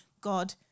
God